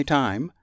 time